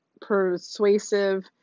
persuasive